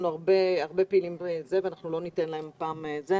הרבה פעילים ולא ניתן להם הפעם להתייחס.